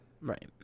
Right